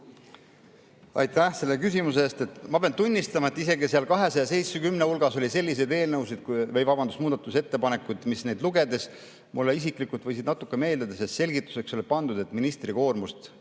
Aitäh selle küsimuse eest! Ma pean tunnistama, et isegi seal 270 hulgas oli selliseid muudatusettepanekuid, mis neid lugedes mulle isiklikult võisid natuke meeldida, sest selgituseks oli pandud, et ministri koormust